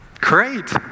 great